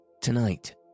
Tonight